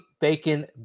bacon